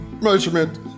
measurement